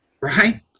right